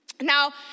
Now